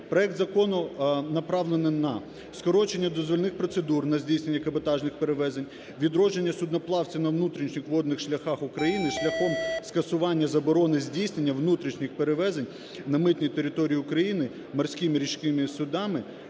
Проект закону направлений на скорочення дозвільних процедур на здійснення каботажних перевезень, відродження судноплавців на внутрішніх водних шляхах України шляхом скасування заборони здійснення внутрішніх перевезень на митній території України морськими річними судами,